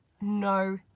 no